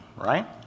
right